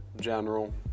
general